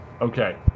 Okay